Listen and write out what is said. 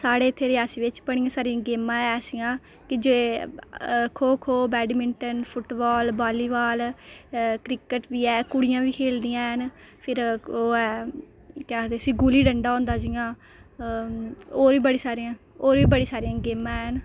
साढ़े इत्थै रियासी बिच बड़ियां सारियां गेमां ऐ ऐसियां के जे खो खो बैडमिंटन फुटबाल वालीबॉल क्रिकेट बी ऐ कुड़ियां बी खेढदियां हैन फिर ओह् ऐ के आखदे उसी गुल्ली डंडा होंदा जि'यां होर बी बड़ी सारियां होर बी बड़ी सारियां गेमां हैन